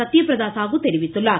சத்தியபிரதா சாகு தெரிவித்துள்ளார்